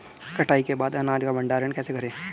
कटाई के बाद अनाज का भंडारण कैसे करें?